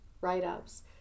write-ups